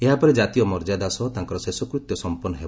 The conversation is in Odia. ଏହା ପରେ ଜାତୀୟ ମର୍ଯ୍ୟାଦା ସହ ତାଙ୍କର ଶେଷ କୃତ୍ୟ ସମ୍ପନ୍ନ ହେବ